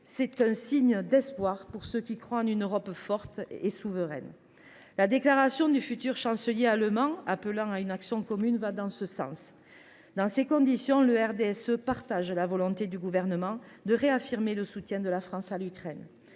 est un signe d’espoir pour ceux qui croient en une Europe forte et souveraine. La déclaration du futur chancelier allemand appelant à une action commune va dans ce sens. Dans ces conditions, le RDSE partage la volonté du Gouvernement de réaffirmer le soutien de la France à l’Ukraine.